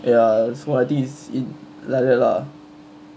ya so I think is it like that lah